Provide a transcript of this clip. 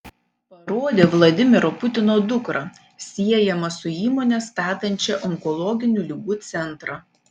parodė vladimiro putino dukrą siejama su įmone statančia onkologinių ligų centrą